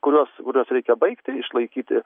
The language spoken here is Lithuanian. kuriuos kuriuos reikia baigti išlaikyti